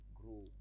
grow